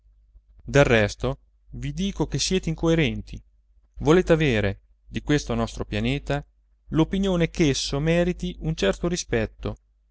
del resto vi dico che siete incoerenti volete avere di questo nostro pianeta l'opinione ch'esso meriti un certo rispetto